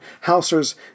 Hauser's